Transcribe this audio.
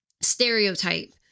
stereotype